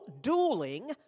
dueling